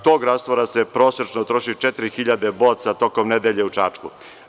Tog rastvora se prosečno troši 4.000 boca tokom nedelje u Čačku.